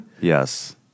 Yes